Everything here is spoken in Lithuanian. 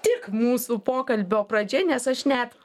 tik mūsų pokalbio pradžia nes aš net